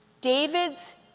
David's